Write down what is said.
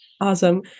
Awesome